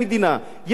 יש מחלוקת,